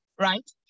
right